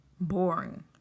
boring